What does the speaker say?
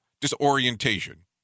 disorientation